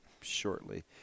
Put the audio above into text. shortly